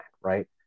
right